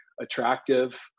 attractive